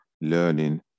learning